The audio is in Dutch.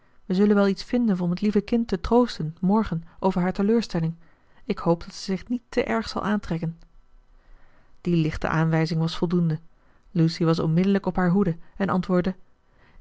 we zullen wel iets vinden om het lieve kind te troosten morgen over haar teleurstelling ik hoop dat ze t zich niet te erg zal aantrekken die lichte aanwijzing was voldoende lucy was onmiddellijk op haar hoede en antwoordde